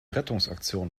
rettungsaktion